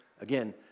again